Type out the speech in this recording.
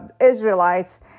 Israelites